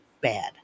bad